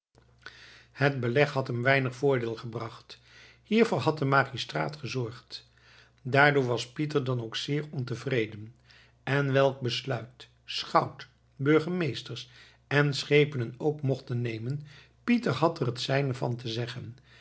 het beleg had hem weinig voordeel gebracht hiervoor had de magistraat gezorgd daardoor was pieter dan ook zeer ontevreden en welk besluit schout burgemeesters en schepenen ook mochten nemen pieter had er het zijne van te zeggen